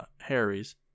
Harry's